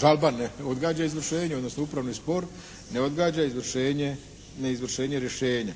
žalba ne odgađa izvršenje, odnosno upravni spor ne odgađa izvršenje rješenja.